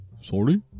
sorry